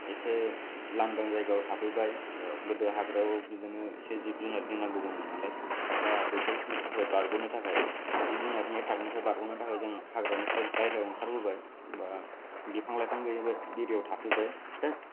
एसे लांदां जायगायाव थाफैबाय गोदो हाग्रायाव बिदिनो एसे जिब जुनार गिनांगौबोमोन नालाय दा बेफोरनिफ्राय बारग'नो थाखाय जिब जुनारनि एटाकनिफ्राय बारग'नो थाखाय जों हाग्रानिफ्राय बायहेरायाव ओंखारबोबाय बा बिफां लाइफां गैयि एरियायाव थाफैबाय दा